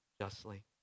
justly